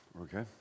Okay